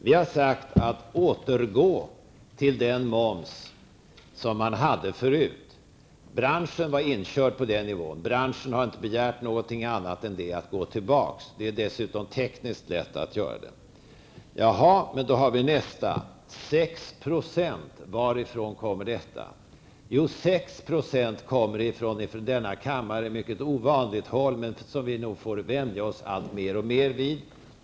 Vi har sagt: Återgå till den moms som gällde förut. Branschen var inkörd på den nivån. Branschen har inte begärt någonting annat än att gå tillbaka till den skattesatsen. Det är dessutom tekniskt lätt att göra det. Nästa fråga: Varifrån kommer siffran 6 %? Jo, 6 % kommer från ett för denna kammare mycket ovanligt håll som vi nog får vänja oss mer och mer vid.